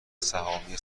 سهامی